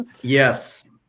Yes